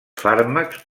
fàrmacs